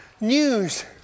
news